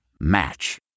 Match